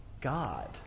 God